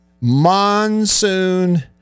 monsoon